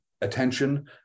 attention